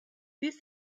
dies